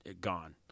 gone